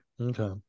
Okay